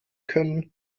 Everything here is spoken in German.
können